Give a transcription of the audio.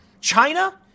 China